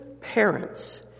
parents